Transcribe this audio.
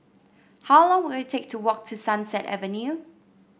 how long will it take to walk to Sunset Avenue